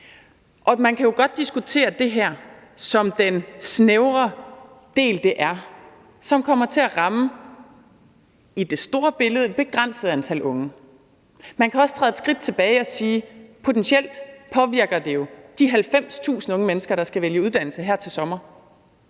Man kan jo godt diskutere det her som den snævre del, det er, som i det store billede kommer til at ramme et begrænset antal unge. Man kan også træde et skridt tilbage og sige, at det jo potentielt påvirker de 90.000 unge mennesker, der skal vælge uddannelse her til sommer.